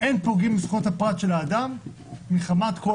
שאין פוגעים בזכויות הפרט של האדם מחמת דת,